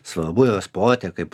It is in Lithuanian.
svarbu yra sporte kaip